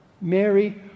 Mary